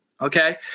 Okay